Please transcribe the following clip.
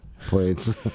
plates